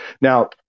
now